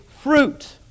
fruit